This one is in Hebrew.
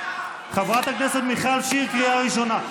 חבר הכנסת בליאק, קריאה ראשונה.